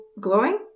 glowing